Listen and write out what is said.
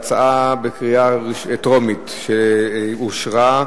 ההצעה להעביר את הצעת חוק איסור לשון הרע (תיקון,